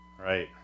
right